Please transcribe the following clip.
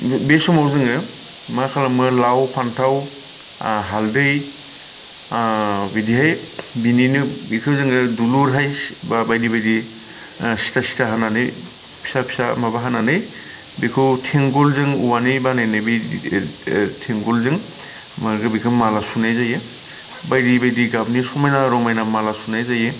बे समाव जोङो मा खालामो लाव फान्थाव आ हालदै ओ बिदिहाय बिनिनो बिखो जोङो दुलुरहाय बायदि बायदि ओ सिदा सिदा हानानै फिसा फिसा माबा हानानै बेखौ थेंगलजों औवानि बानायनाय बै ओ थेंगलजों मानि बेखौ माला सुनाय जायो बायदि बायदि गाबनि समायना रमायना माला सुनाय जायो